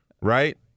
right